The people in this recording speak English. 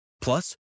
Plus